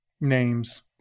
names